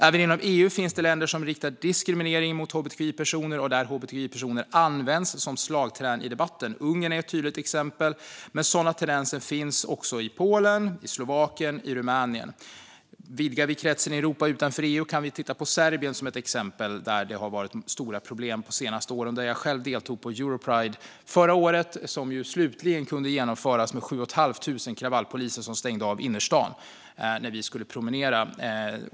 Även inom EU finns länder som riktar diskriminering mot hbtqi-personer och där hbtqi-personer används som slagträn i debatten. Ungern är ett tydligt exempel, men sådana tendenser finns också i Polen, Slovakien och Rumänien. Vidgar vi kretsen till Europa utanför EU kan vi exempelvis titta på Serbien. Där har det varit stora problem de senaste åren. Jag själv deltog i Europride förra året. Det kunde till slut genomföras med 7 500 kravallpoliser som stängde av innerstan när vi skulle promenera.